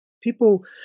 People